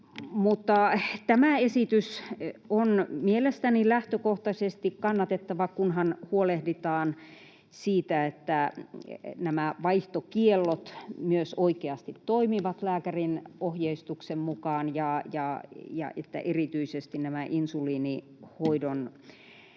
Tämä esitys on mielestäni lähtökohtaisesti kannatettava, kunhan huolehditaan siitä, että nämä vaihtokiellot myös oikeasti toimivat lääkärien ohjeistuksen mukaan ja että erityisesti nämä insuliinihoidon